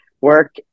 work